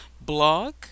blog